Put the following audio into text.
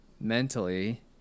mentally